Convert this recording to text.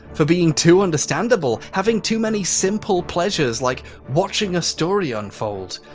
for being too understandable, having too many simple pleasures like watching a story unfold.